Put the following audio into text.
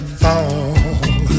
fall